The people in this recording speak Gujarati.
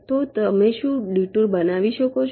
તો તમે શું ડિટુર બનાવી શકો છો